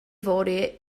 fory